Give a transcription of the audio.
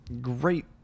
great